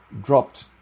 dropped